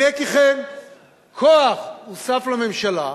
הנה כי כן כוח הוסף לממשלה,